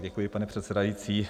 Děkuji, pane předsedající.